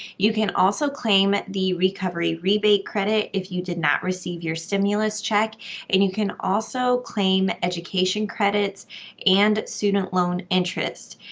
you can also claim the recovery rebate credit if you did not receive your stimulus check and you can also claim education credits and student loan interest.